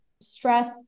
stress